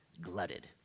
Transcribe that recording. glutted